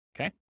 okay